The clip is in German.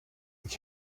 ich